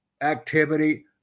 activity